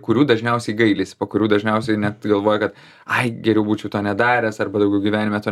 kurių dažniausiai gailisi po kurių dažniausiai net galvoja kad ai geriau būčiau to nedaręs arba daugiau gyvenime to